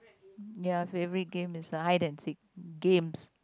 ya favorite game is hide and seek games